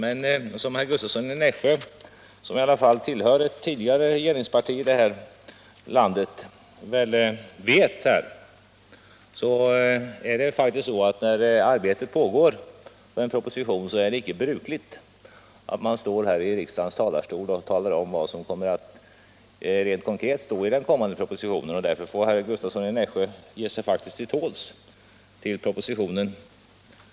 Som herr Gustavsson i Nässjö väl vet — han tillhör i alla fall ett tidigare regeringsparti i det här landet — är det inte brukligt att man, medan arbetet med en proposition pågår, i riksdagens talarstol avslöjar vad som helt konkret kommer att stå i en väntad proposition. Därför får herr Gustavsson faktiskt ge sig till tåls tills propositionen kommer.